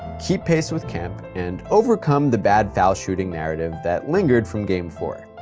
keep pace with kemp, and overcome the bad foul shooting narrative that lingered from game four.